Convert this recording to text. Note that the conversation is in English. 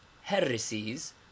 heresies